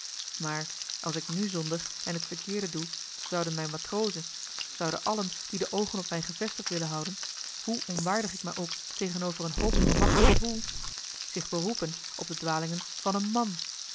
maar als ik nu zondig en het verkeerde doe zouden mijn matrozen zouden allen die de oogen op mij gevestigd willen houden hoe onwaardig ik mij ook tegenover een hoogere macht gevoel zich beroepen op de dwalingen van een man